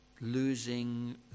losing